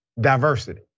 diversity